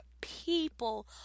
people